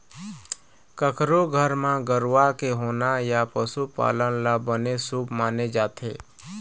कखरो घर म गरूवा के होना या पशु पालन ल बने शुभ माने जाथे